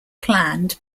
planned